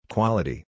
Quality